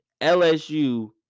LSU